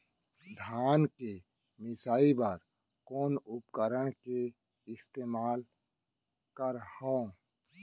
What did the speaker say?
धान के मिसाई बर कोन उपकरण के इस्तेमाल करहव?